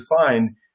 define